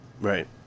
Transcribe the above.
Right